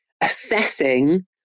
assessing